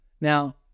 Now